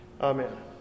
amen